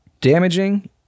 damaging